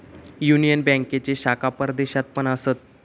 union बँकेचे शाखा परदेशात पण असत